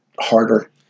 harder